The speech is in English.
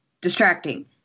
distracting